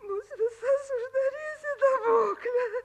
mus visas uždarys į daboklę